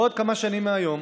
בעוד כמה שנים מהיום